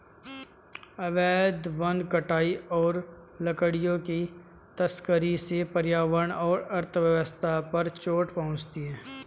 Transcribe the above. अवैध वन कटाई और लकड़ियों की तस्करी से पर्यावरण और अर्थव्यवस्था पर चोट पहुँचती है